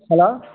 hello